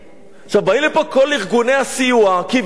באים לפה כל ארגוני הסיוע, כביכול.